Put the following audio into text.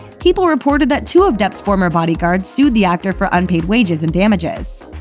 people reported that two of depp's former bodyguards sued the actor for unpaid wages and damages,